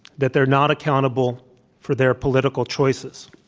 that they're not accountable for their political choices.